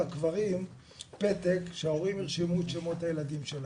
הקברים פתק שההורים ירשמו את שמות הילדים שלהם'.